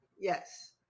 Yes